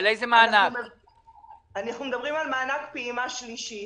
מענק פעימה שלישית.